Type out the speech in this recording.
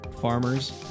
farmers